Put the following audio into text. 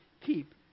keep